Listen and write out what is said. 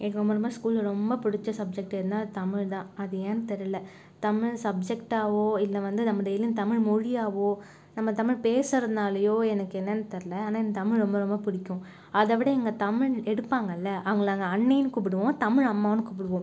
எனக்கு ரொம்ப ரொம்ப ஸ்கூலில் ரொம்ப பிடிச்ச சப்ஜெக்ட் என்ன தமிழ் தான் அது ஏன்னு தெரியல தமிழ் சப்ஜெக்டாகவோ இல்லை வந்து நம்ம டெய்லியும் தமிழ் மொழியாகவோ நம்ம தமிழ் பேசறதுனாலையோ எனக்கு என்னனு தெரில ஆனால் என் தமிழ் ரொம்ப ரொம்ப பிடிக்கும் அதை விட எங்க தமிழ் எடுப்பாங்கல்ல அவங்களை நான் அண்ணினு கூப்பிடுவோம் தமிழ் அம்மானு கூப்பிடுவோம்